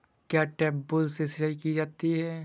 क्या ट्यूबवेल से सिंचाई की जाती है?